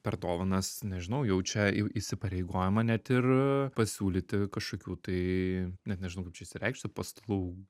per dovanas nežinau jaučia įsipareigojimą net ir pasiūlyti kažkokių tai net nežinau kaip čia išsireikšti paslau